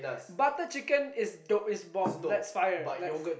butter chicken is dope is bomb let's fire